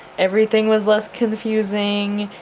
everything was less confusing,